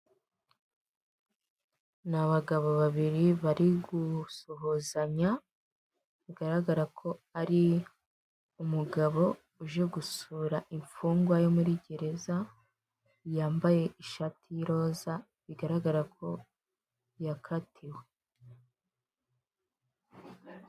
Abagore n'abagabo babiri bari gusuhuzanya bigaragara ko ari umugabo uje gusura imfungwa yo muri gereza yambaye ishati y'iroza bigaragara ko yakatiwe.